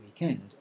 weekend